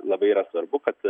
labai yra svarbu kad